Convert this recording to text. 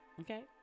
Okay